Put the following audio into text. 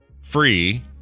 free